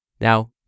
Now